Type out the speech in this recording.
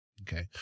Okay